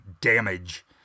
damage